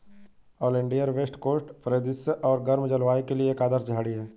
oleander west coast परिदृश्य और गर्म जलवायु के लिए एक आदर्श झाड़ी है